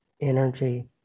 energy